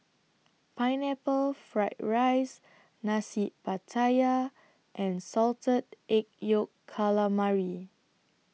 Pineapple Fried Rice Nasi Pattaya and Salted Egg Yolk Calamari